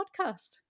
podcast